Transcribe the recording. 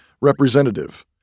representative